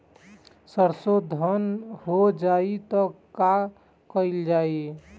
सरसो धन हो जाई त का कयील जाई?